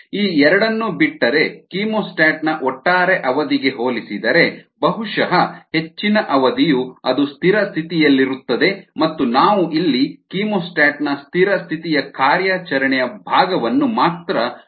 ಈ ಎರಡನ್ನು ಬಿಟ್ಟರೆ ಕೀಮೋಸ್ಟಾಟ್ನ ಒಟ್ಟಾರೆ ಅವಧಿಗೆ ಹೋಲಿಸಿದರೆ ಬಹುಶಃ ಹೆಚ್ಚಿನ ಅವಧಿಯು ಅದು ಸ್ಥಿರ ಸ್ಥಿತಿಯಲ್ಲಿರುತ್ತದೆ ಮತ್ತು ನಾವು ಇಲ್ಲಿ ಕೀಮೋಸ್ಟಾಟ್ನ ಸ್ಥಿರ ಸ್ಥಿತಿಯ ಕಾರ್ಯಾಚರಣೆ ಭಾಗವನ್ನು ಮಾತ್ರ ನೋಡಲಿದ್ದೇವೆ